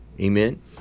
amen